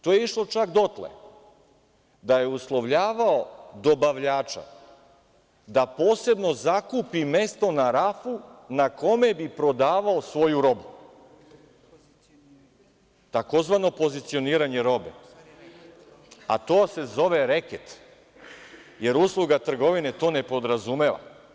To je išlo čak dotle da je uslovljavao dobavljača da posebno zakupi mesto na rafu na kome bi prodavao svoju robu tzv. pozicioniranje robe, a to se zove reket, jer usluga trgovine to ne podrazumeva.